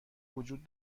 وجود